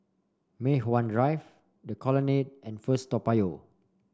Mei Hwan Drive The Colonnade and First Toa Payoh